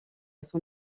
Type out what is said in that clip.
son